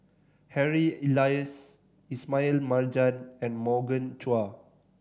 Harry Elias Ismail Marjan and Morgan Chua